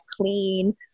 clean